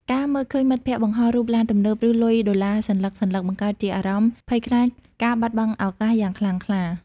ការមើលឃើញមិត្តភក្តិបង្ហោះរូបឡានទំនើប ឬលុយដុល្លារសន្លឹកៗ បង្កើតជាអារម្មណ៍ភ័យខ្លាចការបាត់បង់ឱកាស យ៉ាងខ្លាំងក្លា។